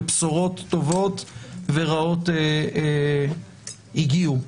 ובשורות טובות ורעות הגיעו.